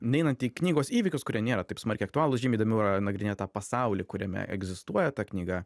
neinant į knygos įvykius kurie nėra taip smarkiai aktualūs žymiai įdomiau yra nagrinėt tą pasaulį kuriame egzistuoja ta knyga